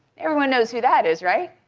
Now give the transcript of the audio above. everyone knows who that is, right?